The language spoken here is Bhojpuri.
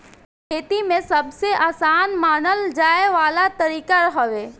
खेती में सबसे आसान मानल जाए वाला तरीका हवे